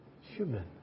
human